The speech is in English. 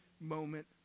moment